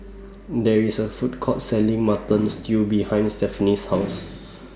There IS A Food Court Selling Mutton Stew behind Stefanie's House